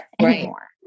anymore